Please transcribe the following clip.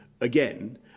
again